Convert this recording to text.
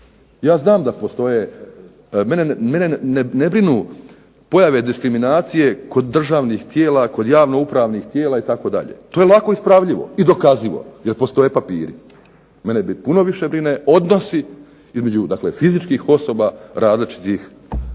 Ja znam da postoje, mene ne brinu pojave diskriminacije kod državnih tijela, kod javno upravnih tijela itd. To je lako ispravljivo i dokazljivo jer postoje papiri. Mene puno više brine odnosi između fizičkih osoba različitih